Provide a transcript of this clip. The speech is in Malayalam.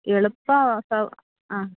എളുപ്പം സൗ ആ